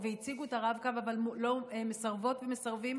הציגו את הרב-קו אבל הן מסרבות ומסרבים